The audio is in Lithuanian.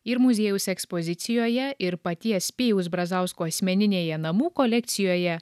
ir muziejaus ekspozicijoje ir paties pijaus brazausko asmeninėje namų kolekcijoje